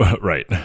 Right